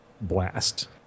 blast